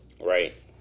Right